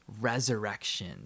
resurrection